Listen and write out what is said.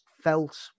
felt